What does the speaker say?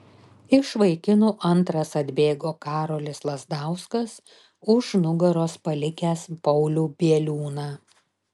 iš vaikinų antras atbėgo karolis lazdauskas už nugaros palikęs paulių bieliūną